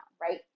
right